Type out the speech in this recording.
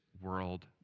world